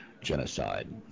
genocide